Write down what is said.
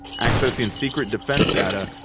accessing secret defence data,